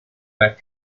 quebec